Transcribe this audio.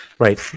Right